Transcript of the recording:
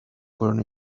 fueron